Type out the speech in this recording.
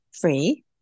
free